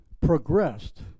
progressed